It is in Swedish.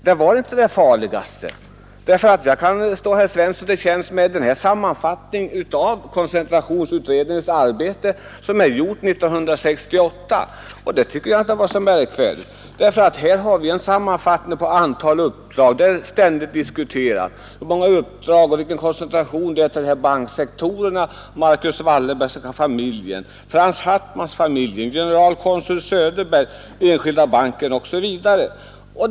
Det var inte de farligaste. Jag kan stå herr Svensson till tjänst med en sammanfattning av koncentrationsutredningens arbete sam är redovisat 1968. Där har vi en sammanfattning av antalet uppdrag. Där diskuteras hur många uppdrag och vilken koncentration som förekommer inom banksektorerna, Marcus Wallenbergs familj, Franz Hartmanns familj och generalkonsul Söderbergs osv. samt Enskilda banken.